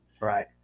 Right